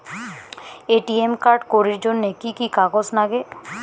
ATM card করির জন্যে কি কি কাগজ নাগে?